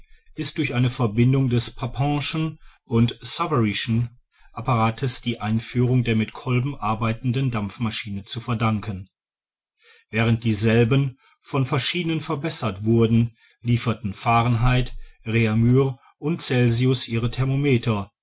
ist durch eine verbindung des papin'schen und savary'schen apparats die einführung der mit kolben arbeitenden dampfmaschinen zu verdanken während dieselben von verschiedenen verbessert wurden lieferten fahrenheit raumur und celsius ihre thermometer